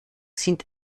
sind